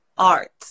Art